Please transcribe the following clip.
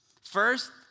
First